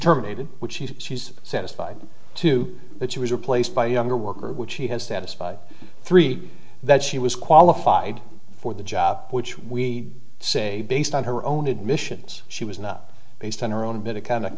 terminated which he's satisfied to that she was replaced by younger worker which he has satisfied three that she was qualified for the job which we say based on her own admissions she was not based on her own bit of kind of